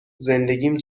زندگیم